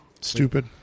stupid